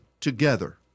together